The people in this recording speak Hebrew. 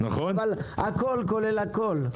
הכול כולל הכול.